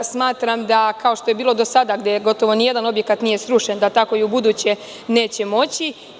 Smatram, kao što je bilo do sada, gde gotovo nijedan objekat nije srušen, da tako i ubuduće neće moći.